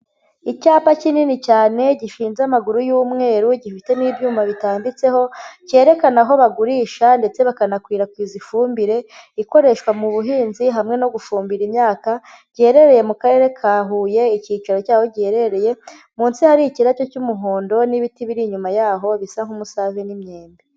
Icyapa kinini cyane gishinze amaguru y'umweru, gifitemo n'ibyuma bitambitseho, cyerekana aho bagurisha ndetse bakanakwirakwiza ifumbire ikoreshwa mu buhinzi hamwe no gufumbira imyaka giherereye mu karere ka Huye icyicaro cyabo giherereye, munsi hari ikirabyo cy'umuhondo n'ibiti biri inyuma yaho bisa nk'umusave n'imyenda.